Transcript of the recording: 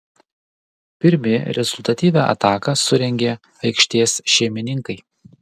pirmi rezultatyvią ataką surengė aikštės šeimininkai